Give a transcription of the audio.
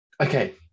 Okay